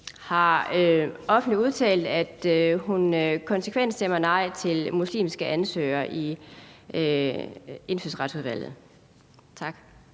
offentligt har udtalt, at hun konsekvent stemmer nej til muslimske ansøgere i Indfødsretsudvalget. Tak.